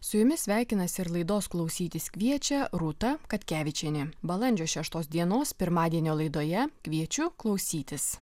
su jumis sveikinasi ir laidos klausytis kviečia rūta katkevičienė balandžio šeštos dienos pirmadienio laidoje kviečiu klausytis